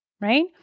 right